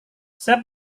saya